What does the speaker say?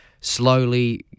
slowly